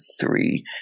three